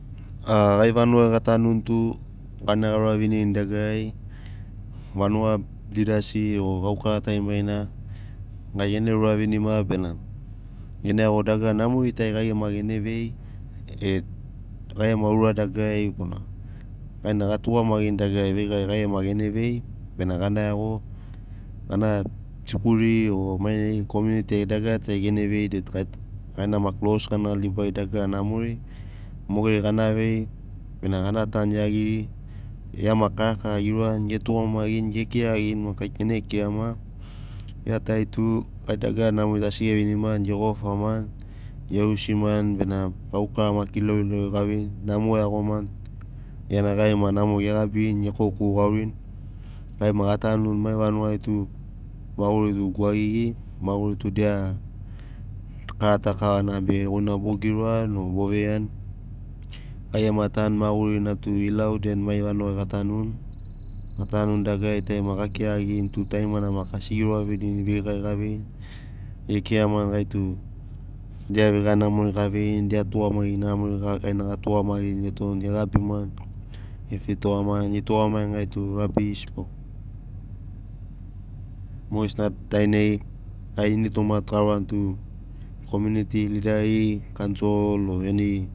A gai vanugai gatanuni tu gaina gaura vinirini dagarari vanuga lidasiri o gaukara tarimarina gai gene uravinima bena gene iago dagara namori tari gai gema gene vei e gai gema ura dagarari bona gaina gatugamarini dagarari veigari gai gema vei bena gana iago gana sikuri o mainai komiuniti ai dagara tari gene vei det gaina maki logosi gana libari dagara namori mogeri gana vei bena gana tanu iagiri. Gia maki karakara geurani, getugamagirini gekiragirini maki gaitu gene kirama nega tari tu gai dagara namori tu asi gevinimani gego famani ge iusimani bena gaukara maki ilauilauri ga veini namo eiagomani giana gai gema namo ge gabirini ge koukou gaurini gai ma gatanuni mai vanugai tu maguri tu gwaigigi maguri tu dia karata kavana be goina bo giroani o bo veiani. Gai gema tanu magurina tu ilau den mai vanugai gatanuni gatanuni dagarari tari maki ga kiragirini tu tarimana maki asi geuravinirini veigari gaveini ge kiramani gaitu dia veiga namori gaveirini dia tugamagi namori gaina ga tugamagirini getoni ge gabimani ge fitogamani ge tugamagini gaitu rabish mogesina dainai gai initoma tu gaurani tu komiuniti lidari kaunsel o eni